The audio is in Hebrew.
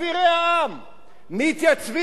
מתייצבים נוכח המצלמות,